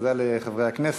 תודה לחברי הכנסת.